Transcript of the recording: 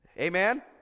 Amen